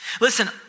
Listen